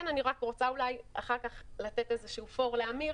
אני רוצה אחר כך לתת "פור" לאמיר